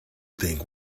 think